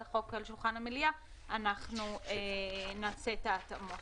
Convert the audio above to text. החוק על שולחן המליאה נעשה את ההתאמות.